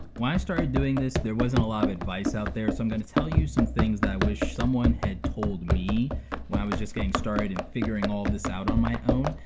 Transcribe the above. when i started doing this, there wasn't a lot of advice out there so i'm gonna tell you some things that i wish someone had told me when i was just getting started and figuring all this out on my own.